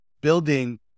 building